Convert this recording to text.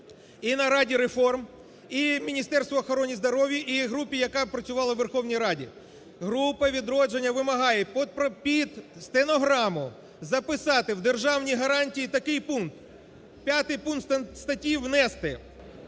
і на Раді реформ, і Міністерству охорони здоров'я, і групі, яка працювала у Верховній Раді. Група "Відродження" вимагає під стенограму записати у державні гарантії такий пункт: "У 5 пункт статті внести…"